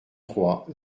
trois